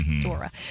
Dora